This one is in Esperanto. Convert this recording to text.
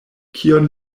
kion